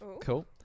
Cool